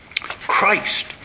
Christ